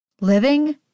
Living